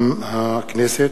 מטעם הכנסת: